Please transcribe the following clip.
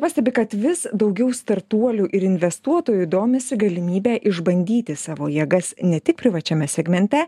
pastebi kad vis daugiau startuolių ir investuotojų domisi galimybe išbandyti savo jėgas ne tik privačiame segmente